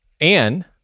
And-